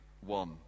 one